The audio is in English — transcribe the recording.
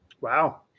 Wow